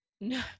No